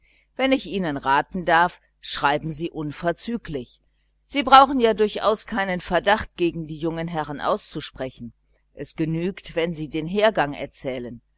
wenn ich ihnen raten darf schreiben sie unverzüglich sie brauchen ja durchaus keinen verdacht gegen die jungen herrn auszusprechen es genügt wenn sie den hergang erzählen